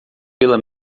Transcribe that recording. pela